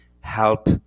help